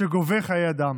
שגובה חיי אדם.